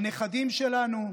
הנכדים שלנו.